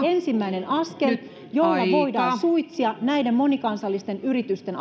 ensimmäinen askel jolla voidaan suitsia näiden monikansallisten yritysten